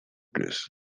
this